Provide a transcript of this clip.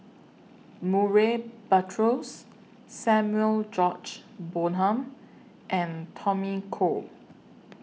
Murray Buttrose Samuel George Bonham and Tommy Koh